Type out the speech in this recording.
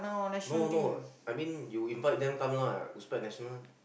no no I mean you invite them come lah to spread national